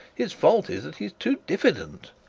his fault is that he's too diffident